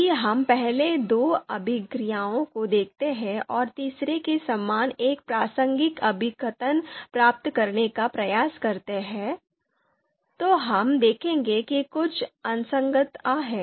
यदि हम पहले दो अभिक्रियाओं को देखते हैं और तीसरे के समान एक प्रासंगिक अभिकथन प्राप्त करने का प्रयास करते हैं तो हम देखेंगे कि कुछ असंगतता है